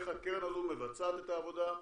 איך הקרן הזו מבצעת את העבודה,